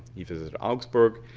he visited augsburg.